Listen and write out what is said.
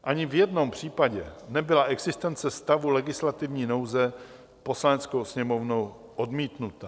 Ani v jednom případě nebyla existence stavu legislativní nouze Poslaneckou sněmovnou odmítnuta.